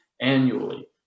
annually